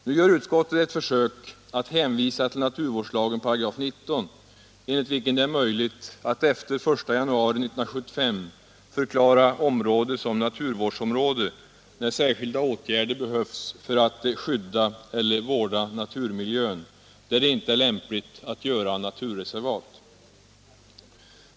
Nu gör utskottet ett försök att hänvisa till naturvårdslagen 19 §, enligt vilken det är möjligt att efter den 1 januari 1975 förklara område som naturvårdsområde, när särskilda åtgärder behövs för att skydda eller vårda naturmiljön, där det inte är lämpligt att göra naturreservat.